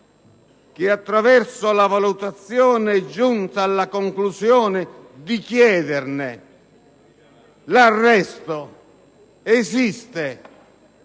che attraverso la sua valutazione è giunta alla conclusione di chiederne l'arresto? Esiste